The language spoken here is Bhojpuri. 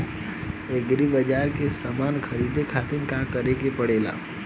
एग्री बाज़ार से समान ख़रीदे खातिर का करे के पड़ेला?